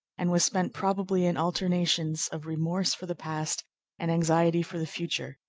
and was spent probably in alternations of remorse for the past and anxiety for the future.